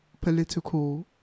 political